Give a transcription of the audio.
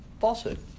falsehood